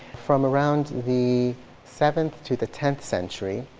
from around the seventh to the tenth century,